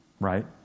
right